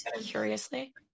curiously